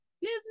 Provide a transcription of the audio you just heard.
Disney